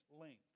length